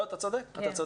אתה צודק.